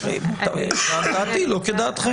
דעתי לא כדעתכם.